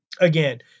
again